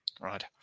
Right